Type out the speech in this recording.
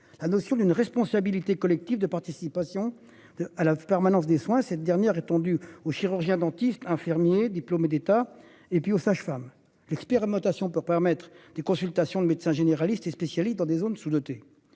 La notion d'une responsabilité collective de participation à la permanence des soins. Cette dernière étendu aux chirurgiens dentistes, infirmiers diplômés d'État et puis aux sages-femmes. L'expérimentation pour permettre des consultations de médecins généralistes et spécialistes dans des zones sous-dotées.